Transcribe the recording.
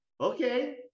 okay